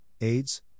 AIDS